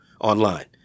online